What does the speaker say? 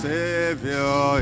Savior